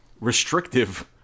restrictive